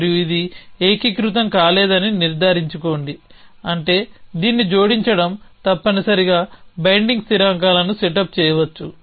మరియు ఇది ఏకీకృతం కాలేదని నిర్ధారించుకోండి అంటే దీన్ని జోడించడం తప్పనిసరిగా బైండింగ్ స్థిరాంకాల ను సెటప్ చేయవచ్చు